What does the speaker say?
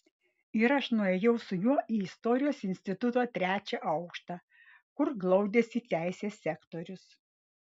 ir aš nuėjau su juo į istorijos instituto trečią aukštą kur glaudėsi teisės sektorius